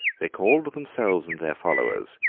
they called themselves and their followers,